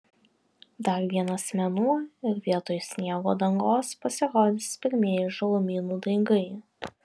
dar vienas mėnuo ir vietoj sniego dangos pasirodys pirmieji žalumynų daigai